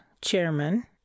Chairman